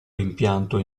rimpianto